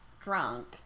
drunk